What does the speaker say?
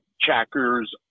checkers